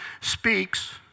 speaks